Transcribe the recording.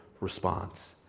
response